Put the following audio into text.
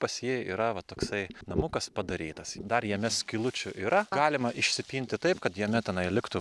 pas jį yra va toksai namukas padarytas dar jame skylučių yra galima išsipinti taip kad jame tenai liktų